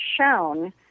shown